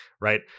Right